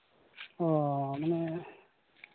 ᱚ ᱢᱟᱱᱮ